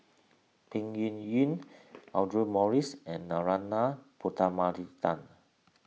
Peng Yuyun Audra Morrice and Narana Putumaippittan